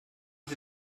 sie